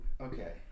okay